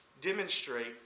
demonstrate